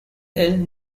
ill